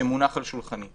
שמונח על שולחני.